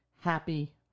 happy